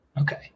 Okay